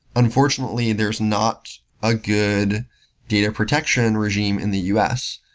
unfortunately, there's not a good data protection and regime in the u s.